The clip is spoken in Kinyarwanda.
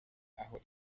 aho